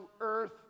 earth